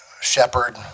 shepherd